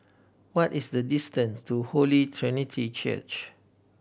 what is the distance to Holy Trinity Church